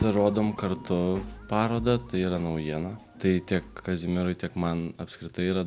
rodom kartu parodą tai yra naujiena tai tiek kazimierui tiek man apskritai yra